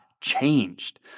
changed